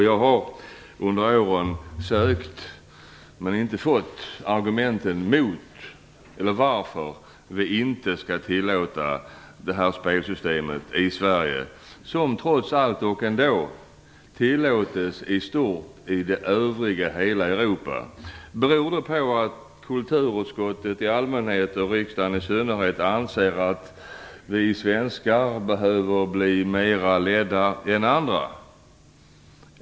Jag har under årens lopp sökt men inte fått några argument om varför vi inte skall tillåta det här spelsystemet i Sverige, som trots allt i stort tillåts i hela övriga Europa. Beror det på att kulturutskottet i allmänhet och riksdagen i synnerhet anser att vi svenskar behöver bli mera ledda än andra?